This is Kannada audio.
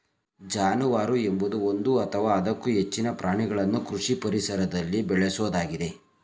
ಜಾನುವಾರು ಎಂಬುದು ಒಂದು ಅಥವಾ ಅದಕ್ಕೂ ಹೆಚ್ಚಿನ ಪ್ರಾಣಿಗಳನ್ನು ಕೃಷಿ ಪರಿಸರದಲ್ಲಿ ಬೇಳೆಸೋದಾಗಿದೆ